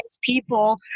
people